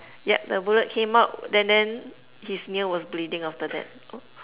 yup the bullet came out and then his nail was bleeding after that